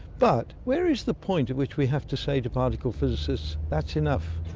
but where is the point at which we have to say to particle physicists, that's enough?